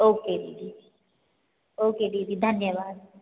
okay दीदी okay दीदी धन्यवाद